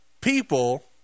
people